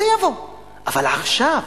אבל עכשיו,